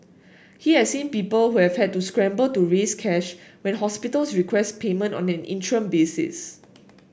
he has seen people who have had to scramble to raise cash when hospitals request payment on an interim basis